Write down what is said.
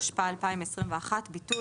התשפ"א-2021 (ביטול),